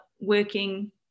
working